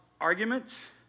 arguments